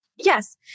Yes